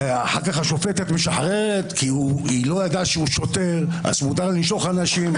ואחר כך השופטת משחררת כי לא ידעה שהוא שוטר אז מותר לנשוך אנשים.